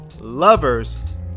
lovers